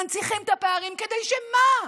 מנציחים את הפערים, כדי שמה?